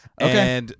Okay